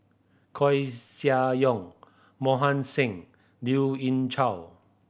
Koeh Sia Yong Mohan Singh Lien Ying Chow